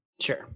Sure